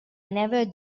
never